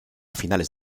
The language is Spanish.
finales